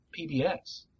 PBS